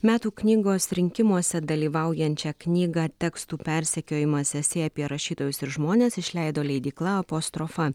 metų knygos rinkimuose dalyvaujančią knygą tekstų persekiojimas esė apie rašytojus ir žmones išleido leidykla apostrofa